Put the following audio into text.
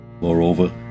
Moreover